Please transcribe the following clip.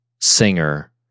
singer